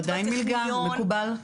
תנאי המלגה, מקובל.